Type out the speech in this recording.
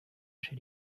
chez